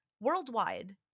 worldwide